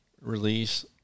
release